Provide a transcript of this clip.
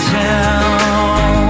town